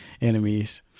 enemies